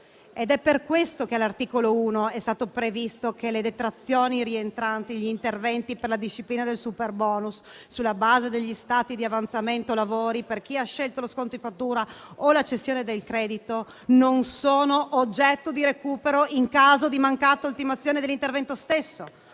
Per questo all'articolo 1 è stato previsto che le detrazioni rientranti negli interventi della disciplina del superbonus, sulla base degli stati di avanzamento lavori, per chi ha scelto lo sconto in fattura o la cessione del credito, non sono oggetto di recupero, in caso di mancata ultimazione dell'intervento.